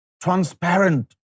transparent